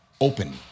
open